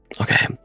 Okay